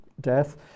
death